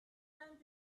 time